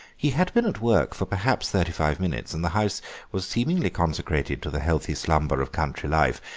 he had been at work for perhaps thirty-five minutes, and the house was seemingly consecrated to the healthy slumber of country life,